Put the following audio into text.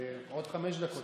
עוד חמש דקות,